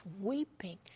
weeping